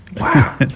Wow